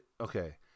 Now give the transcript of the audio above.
Okay